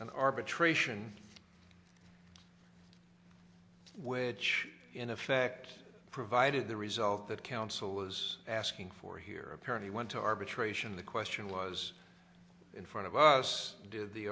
an arbitration where in effect provided the result of that council was asking for here apparently went to arbitration the question was in front of us did the